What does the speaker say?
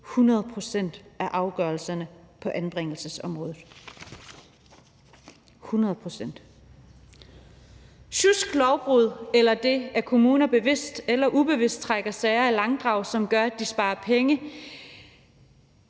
100 pct. af afgørelserne på anbringelsesområdet – 100 pct. Kl. 16:32 Sjusk, lovbrud eller det, at kommuner bevidst eller ubevidst trækker sager i langdrag, som gør, at de sparer penge,